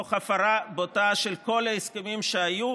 תוך הפרה בוטה של כל ההסכמים שהיו.